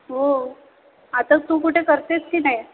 हो आताच तू कुठे करतेस की नाही